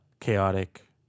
chaotic